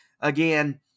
Again